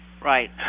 Right